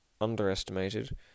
underestimated